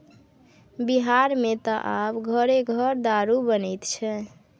बिहारमे त आब घरे घर दारू बनैत छै